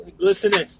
listening